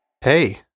hey